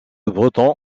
breton